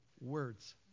Words